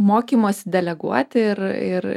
mokymosi deleguoti ir ir